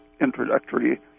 introductory